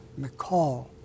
McCall